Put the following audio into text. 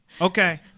Okay